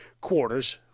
quarters